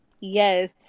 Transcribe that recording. Yes